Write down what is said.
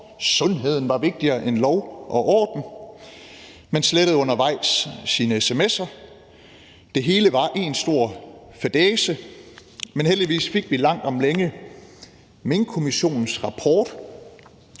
Sundheden var vigtigere end lov og orden. Man slettede undervejs sine sms'er. Det hele var en stor fadæse. Vi fik heldigvis langt om længe Minkkommissionens rapport,